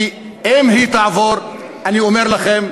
כי אם היא תעבור, אני אומר לכם,